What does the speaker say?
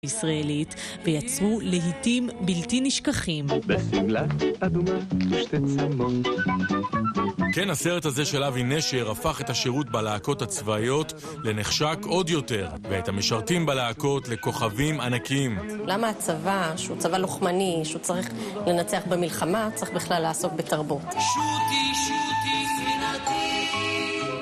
ישראלית, ויצרו להיטים בלתי נשכחים. בשמלה אדומה ושתי צמות. כן, הסרט הזה של אבי נשר הפך את השירות בלהקות הצבאיות לנחשק עוד יותר, ואת המשרתים בלהקות לכוכבים ענקים. למה הצבא, שהוא צבא לוחמני, שהוא צריך לנצח במלחמה, צריך בכלל לעסוק בתרבות? שוטי, שוטי, ספינתי!